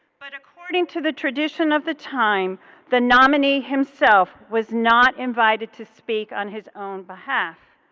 but according to the tradition of the time the nominee himself was not invited to speak on his own behalf.